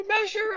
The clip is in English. measure